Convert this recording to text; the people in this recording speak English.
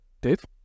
Dave